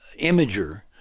imager